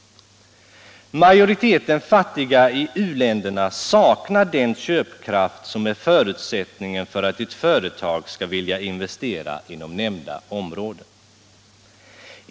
Majoriteten fattiga i u-länderna saknar den köpkraft som är förutsättningen för att ett företag skall vilja investera inom nämnda områden.